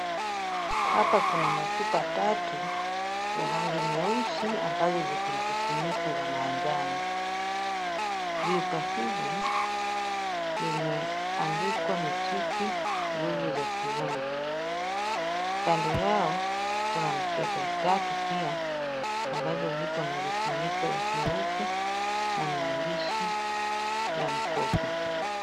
Hapa kuna machupa tatu ya rangi nyeusi ambazo ziko na vifuniko vya manjano. Chupa hizi zimeandikwa mitiki nguvu za kiume. Kando yao, kuna mikebe tatu pia ambavyo viko na vifuniko vyeupe na maandishi ya mkoko.